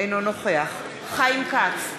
אינו נוכח חיים כץ,